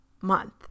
month